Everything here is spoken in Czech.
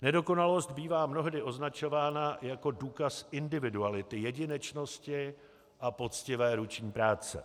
Nedokonalost bývá mnohdy označována jako důkaz individuality, jedinečnosti a poctivé ruční práce.